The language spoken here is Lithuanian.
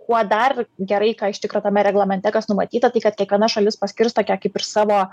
kuo dar gerai ką iš tikro tame reglamente kas numatyta tai kad kiekviena šalis paskirs tokią kaip ir savo